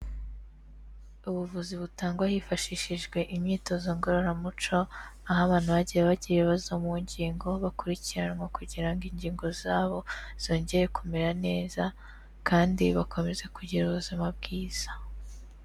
Ubuvuzi butangwa hifashishijwe imyitozo ngororamuco, aho abantu bagiye bagira ibibazo mu ngingo, bakurikiranwa kugira ngo ingingo zabo zongere kumera neza kandi bakomeze kugira ubuzima bwiza.